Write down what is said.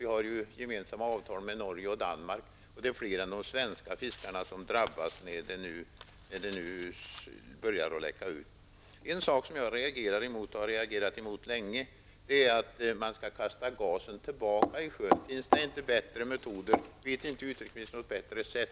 Vi har gemensamma avtal med Norge och Danmark, och det är fler än de svenska fiskarna som drabbas när det nu börjar att läcka ut. En sak som jag reagerat länge emot är att man skall kasta tillbaka gasen i sjön. Finns det inte bättre metoder? Vet inte utrikesministern något bättre sätt?